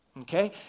Okay